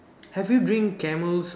have you drink camel's